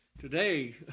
today